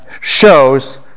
shows